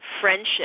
friendship